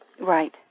Right